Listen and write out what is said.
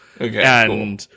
Okay